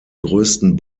größten